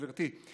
גברתי,